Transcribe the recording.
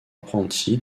apprenti